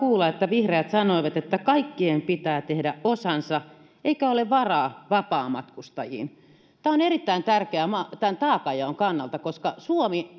kuulla että vihreät sanoivat että kaikkien pitää tehdä osansa eikä ole varaa vapaamatkustajiin tämä on erittäin tärkeää tämän taakanjaon kannalta koska suomi